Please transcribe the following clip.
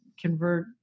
convert